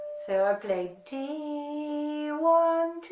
so i play d, one, two,